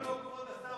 כשאומרים לו "כבוד השר"